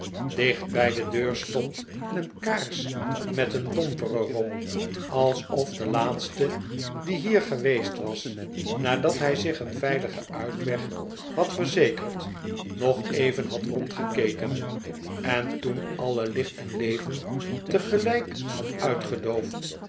dicht bij de deur stond een kaars met een domper er op alsof de laatste die hier geweest was nadat hij zich een veiligen uitweg had verzekerd nog even had rondgekeken en toen alle licht en leven tegelijk had uitgedoofd